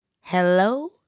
hello